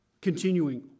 continuing